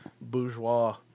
bourgeois